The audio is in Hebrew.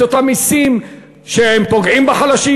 את אותם מסים שפוגעים בחלשים,